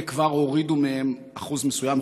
וכבר הורידו מהם אחוז מסוים,